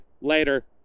later